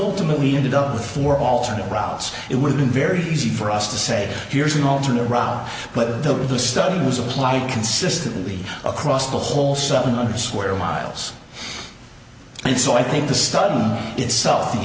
move we ended up with four alternate routes it would've been very easy for us to say here's an alternate route but the the study was applied consistently across the whole seven hundred square miles and so i think the study itself the